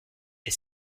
est